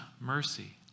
mercy